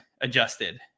adjusted